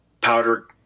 powder